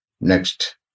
Next